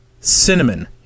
Cinnamon